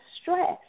stress